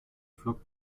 flockt